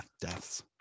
deaths